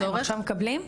עכשיו מקבלים?